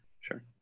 Sure